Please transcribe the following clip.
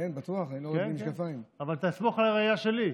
כן, אבל תעקבו אחרי הראייה שלי.